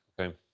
okay